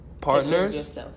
partners